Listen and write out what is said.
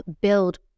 build